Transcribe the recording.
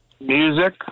Music